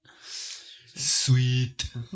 sweet